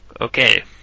Okay